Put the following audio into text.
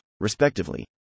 respectively